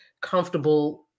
comfortable